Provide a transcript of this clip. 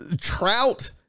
Trout